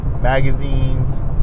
magazines